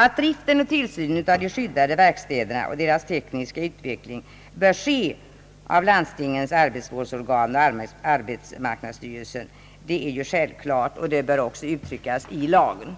Att driften och tillsynen av de skyddade verkstäderna och deras tekniska utveckling bör ske av länsarbetsnämnden och arbetsmarknadsstyrelsen, är självklart, och det bör också uttryckas i lagen.